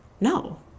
No